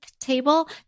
table